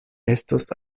estos